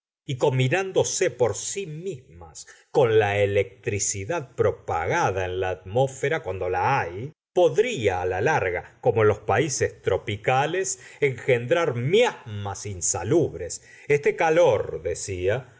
y combinándose por sí mismas con la electricidad propagada en la atmósfera cuando la hay podría la larga como en los países trópicos engendrar miasmas insalubres este calor decía